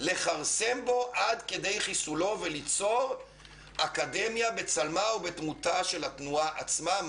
לכרסם בו עד כדי חיסולו וליצור אקדמיה בצלמה ובדמותה של התנועה עצמה,